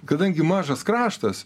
kadangi mažas kraštas